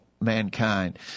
mankind